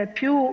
più